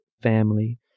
family